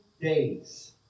days